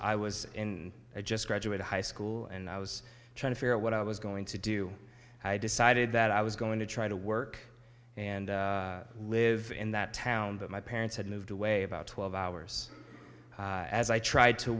i was in i just graduated high school and i was trying to figure out what i was going to do i decided that i was going to try to work and live in that town that my parents had moved away about twelve hours as i tried to